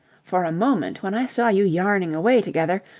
for a moment, when i saw you yarning away together,